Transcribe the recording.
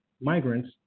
migrants